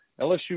LSU